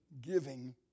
giving